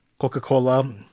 Coca-Cola